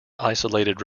isolated